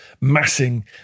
massing